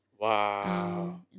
wow